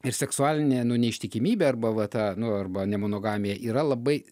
ir seksualinė neištikimybė arba va ta nu arba nemonogamija yra labai